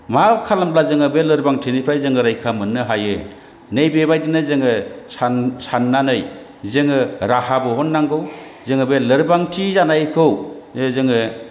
मा खालामोब्ला जाङो बे लोरबांथिनिफ्राय जोङो रैखा मोननो हायो नै बेबायदिनो जोङो साननानै जोङो राहा बह'ननांगौ जोङो बे लोरबांथि जानायखौ जोङो